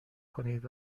کنید